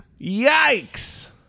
Yikes